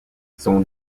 son